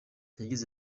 yagize